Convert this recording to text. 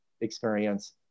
experience